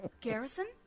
Garrison